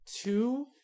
two